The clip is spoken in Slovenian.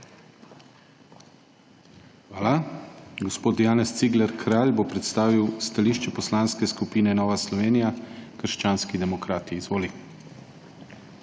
Hvala. Gospod Janez Cigler Kralj bo predstavil stališče Poslanske skupine Nova Slovenija – krščanski demokrati. Izvoli.